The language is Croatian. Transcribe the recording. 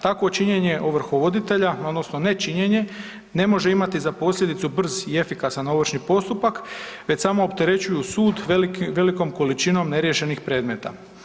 Takvo činjenje ovrhovoditelja odnosno ne činjenje ne može imati za posljedicu brz i efikasan ovršni postupak već samo opterećuju sud velikom količinom neriješenih predmeta.